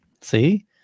see